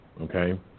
okay